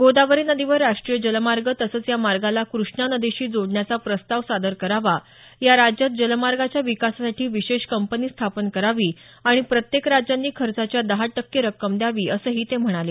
गोदावरी नदीवर राष्ट्रीय जलमार्ग तसंच या मार्गाला कृष्णा नदीशी जोडण्याचा प्रस्ताव सादर करावा या राज्यात जलमार्गाच्या विकासासाठी विशेष कंपनी स्थापन करावी आणि प्रत्येक राज्यांनी खर्चाच्या दहा टक्के रक्कम दयावी असंही ते म्हणाले